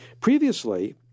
Previously